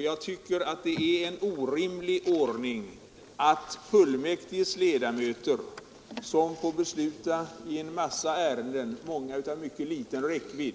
Jag tycker det är en orimlig ordning att fullmäktiges ledamöter som får besluta i en massa ärenden, många av mycket liten räckvidd,